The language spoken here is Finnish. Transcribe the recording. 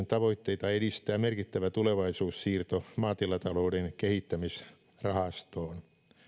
tavoitteita edistää merkittävä tulevaisuussiirto maatilatalouden kehittämisrahastoon